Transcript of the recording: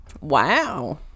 Wow